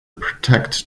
protect